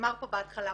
נאמר פה מה הפתרונות,